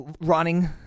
running